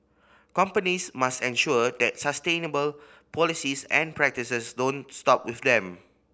companies must ensure that sustainable policies and practices don't stop with them